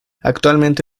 actualmente